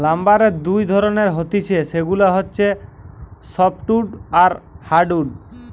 লাম্বারের দুই ধরণের হতিছে সেগুলা হচ্ছে সফ্টউড আর হার্ডউড